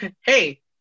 hey